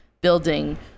building